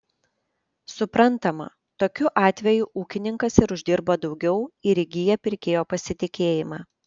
suprantama tokiu atveju ūkininkas ir uždirba daugiau ir įgyja pirkėjo pasitikėjimą